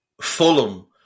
Fulham